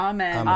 Amen